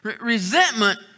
resentment